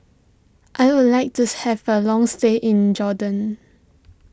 I would like to have a long stay in Jordan